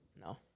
no